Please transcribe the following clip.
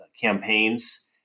campaigns